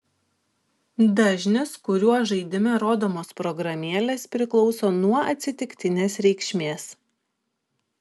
dažnis kuriuo žaidime rodomos programėlės priklauso nuo atsitiktinės reikšmės